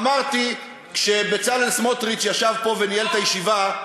אמרתי כשבצלאל סמוטריץ ישב פה וניהל את הישיבה,